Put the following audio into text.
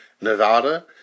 Nevada